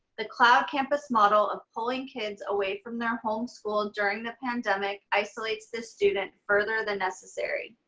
the cloud campus model of pulling kids away from their home school during the pandemic isolates the student further than necessary.